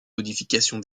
modification